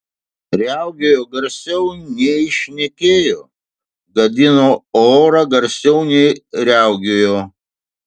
riaugėjo garsiau nei šnekėjo gadino orą garsiau nei riaugėjo